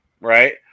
right